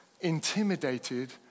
intimidated